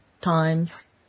times